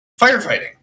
firefighting